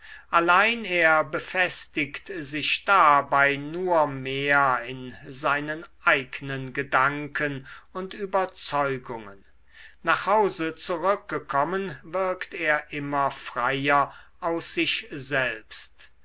allein er befestigt sich dabei nur mehr in seinen eignen gedanken und überzeugungen nach hause zurückgekommen wirkt er immer freier aus sich selbst